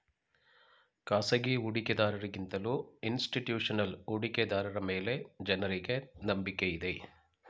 ಖಾಸಗಿ ಹೂಡಿಕೆದಾರರ ಗಿಂತಲೂ ಇನ್ಸ್ತಿಟ್ಯೂಷನಲ್ ಹೂಡಿಕೆದಾರರ ಮೇಲೆ ಜನರಿಗೆ ನಂಬಿಕೆ ಇದೆ